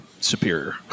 superior